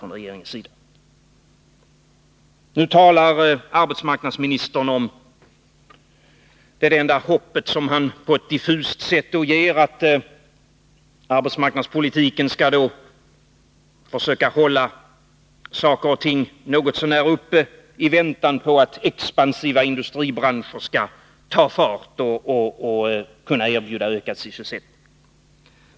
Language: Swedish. Nu talar arbetsmarknadsministern på ett diffust sätt om det enda hoppet att arbetsmarknadspolitiken skall försöka hålla saker och ting något så när uppe, i väntan på att expansiva industribranscher skall ta fart och kunna erbjuda ökad sysselsättning.